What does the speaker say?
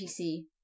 pc